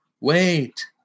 wait